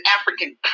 African